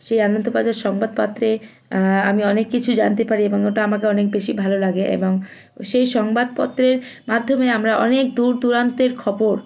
সেই আনন্দবাজার সংবাদপত্রে আমি অনেক কিছু জানতে পারি এবং ওটা আমাকে অনেক বেশি ভালো লাগে এবং সেই সংবাদপত্রের মাধ্যমে আমরা অনেক দূর দূরান্তের খবর